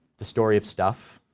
the story of stuff